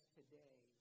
today